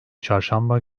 çarşamba